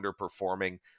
underperforming